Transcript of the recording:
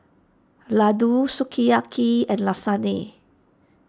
Ladoo Sukiyaki and Lasagne